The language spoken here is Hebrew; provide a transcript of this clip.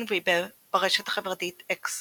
ג'ורדין ויבר, ברשת החברתית אקס